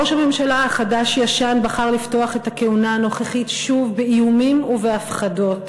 ראש הממשלה החדש-ישן בחר לפתוח את הכהונה הנוכחית שוב באיומים ובהפחדות,